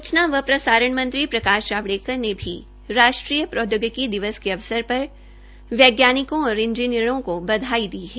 सूचना व प्रसारण मंत्री प्रकाश जावड़ेकर ने भी राष्ट्रीय प्रौदयोगिकी दिवस के अवसर पर वैज्ञानिकों और इंजीनियरों को बधाई दी है